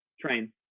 Train